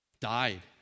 died